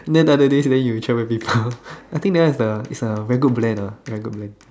then other days then you travel with people I think that one is a is a very good plan very good plan